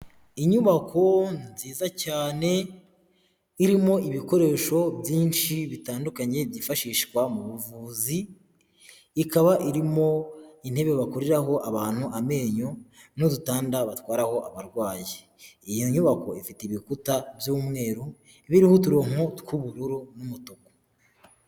Inyubako nziza cyane irimo ibikoresho byinshi bitandukanye byifashishwa mu buvuzi, ikaba irimo intebe bakuriho abantu amenyo n'udutanda batwaraho abarwayi, iyi nyubako ifite ibikuta by'umweru biriho uturongo tw'ubururu n'umutuku.